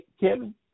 Kevin